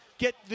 Get